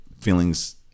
feelings